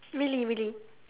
really really